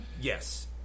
Yes